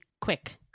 quick